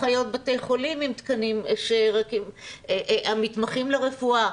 אחיות בתי חולים עם תקנים, המתמחים לרפואה.